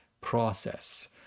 process